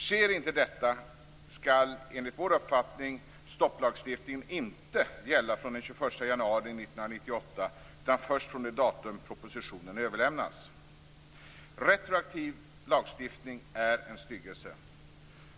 Sker inte detta skall enligt vår uppfattning stopplagstiftningen inte gälla fr.o.m. den 21 januari 1998 utan först från det datum då propositionen överlämnas. Retroaktiv lagstiftning är en styggelse.